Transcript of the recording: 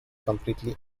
completely